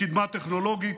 לקדמה טכנולוגית,